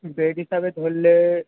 bed হিসাবে ধরলে